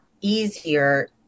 easier